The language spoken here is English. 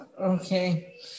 Okay